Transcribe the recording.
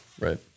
right